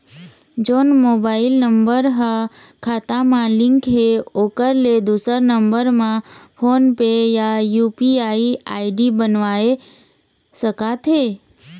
जोन mobile number हा खाता मा लिन्क हे ओकर ले दुसर नंबर मा फोन पे या यू.पी.आई आई.डी बनवाए सका थे?